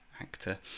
actor